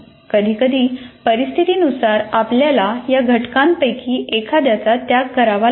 कधीकधी परिस्थितीनुसार आपल्याला या घटकांपैकी एखाद्याचा त्याग करावा लागतो